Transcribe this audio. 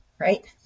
right